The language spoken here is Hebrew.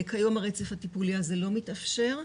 כיום הרצף הטיפולי הזה לא מתאפשר.